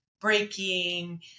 breaking